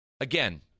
Again